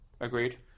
agreed